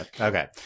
okay